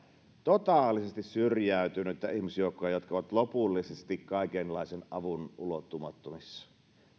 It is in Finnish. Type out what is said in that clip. totaalisesti syrjäytynyttä ihmisjoukkoa joka on lopullisesti kaikenlaisen avun ulottumattomissa tämä